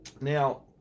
Now